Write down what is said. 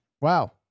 Wow